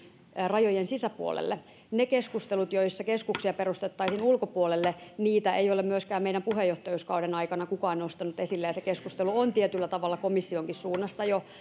rajojen sisäpuolelle niitä keskusteluja joissa keskuksia perustettaisiin rajojen ulkopuolelle ei ole myöskään meidän puheenjohtajuuskauden aikana kukaan nostanut esille ja se keskustelu on tietyllä tavalla komissionkin suunnasta jo